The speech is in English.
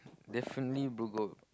definitely bro got